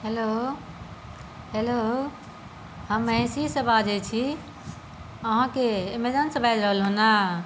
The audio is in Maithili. हेलो हेलो हम महिषीसँ बाजै छी अहाँ के अमेज़नसँ बाजि रहलहुॅंए ने